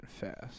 fast